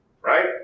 Right